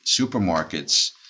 supermarkets